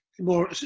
more